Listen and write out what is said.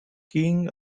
king